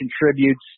contributes